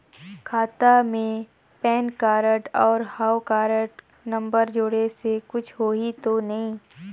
खाता मे PAN card और हव कारड नंबर जोड़े से कुछ होही तो नइ?